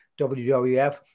wwf